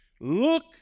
Look